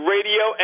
Radio